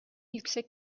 yüksek